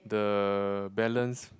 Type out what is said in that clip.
the balance